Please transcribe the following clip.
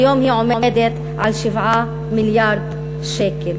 היום היא 7 מיליארד שקל,